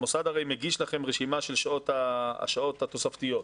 המוסד מגיש לכם רשימה של השעות התוספתיות,